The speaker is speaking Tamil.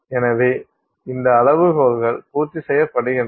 எனவே இந்த அளவுகோல்கள் பூர்த்தி செய்யப்படுகின்றன